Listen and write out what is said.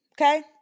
okay